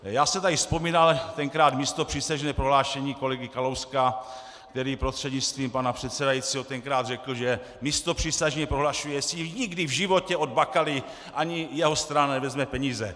Já jsem tady vzpomínal tenkrát místopřísežné prohlášení kolegy Kalouska, který prostřednictvím pana předsedajícího tenkrát řekl, že místopřísežně prohlašuje, že si nikdy v životě od Bakaly, ani jeho strana, nevezme peníze.